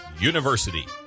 University